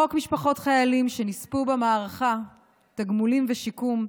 חוק משפחות חיילים שנספו במערכה (תגמולים ושיקום),